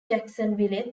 jacksonville